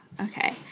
Okay